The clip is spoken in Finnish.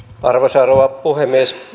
arvoisa rouva puhemies